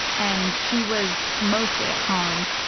and she was mostly at home.